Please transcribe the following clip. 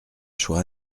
choix